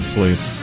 Please